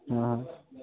অঁ